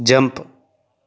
jump